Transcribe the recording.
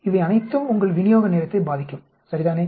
இவை அனைத்தும் உங்கள் விநியோக நேரத்தை பாதிக்கும் சரிதானே